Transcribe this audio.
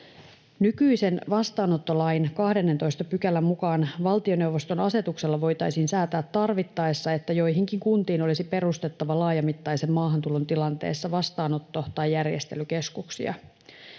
Nykyisen vastaanottolain 12 §:n mukaan valtioneuvoston asetuksella voitaisiin säätää tarvittaessa, että joihinkin kuntiin olisi perustettava laajamittaisen maahantulon tilanteessa vastaanotto‑ tai järjestelykeskuksia.